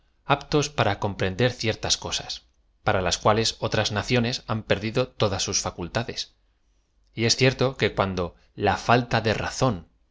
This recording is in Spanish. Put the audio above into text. aptos para comprender ciertas co sas para las cuales otras naciones han perdido todas sus facultadee y es cierto que cuando la fa lta de razón